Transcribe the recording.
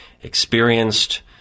Experienced